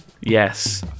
Yes